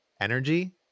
energy